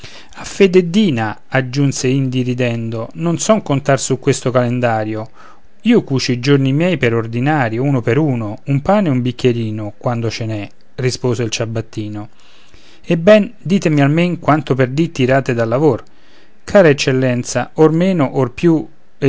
il ciabattino affededdina aggiunse indi ridendo non son contar su questo calendario io cucio i giorni miei per ordinario uno per uno un pane e un bicchierino quando ce n'è rispose il ciabattino ebben ditemi almen quanto per dì tirate dal lavor cara eccellenza or meno or più